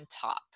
top